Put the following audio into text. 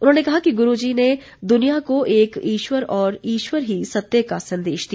उन्होंने कहा कि गुरूजी ने दुनिया को एक ईश्वर और ईश्वर ही सत्य का संदेश दिया